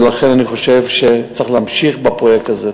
ולכן אני חושב שצריך להמשיך בפרויקט הזה.